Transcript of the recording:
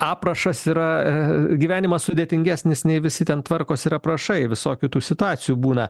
aprašas yra e gyvenimas sudėtingesnis nei visi ten tvarkos ir aprašai visokių tų situacijų būna